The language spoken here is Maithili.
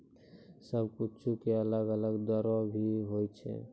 सब कुछु के अलग अलग दरो भी होवै छै